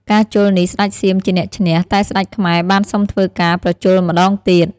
ការជល់នេះស្ដេចសៀមជាអ្នកឈ្នះ តែស្ដេចខ្មែរបានសុំធ្វើការប្រជល់ម្ដងទៀត។